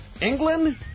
England